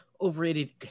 overrated